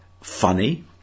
funny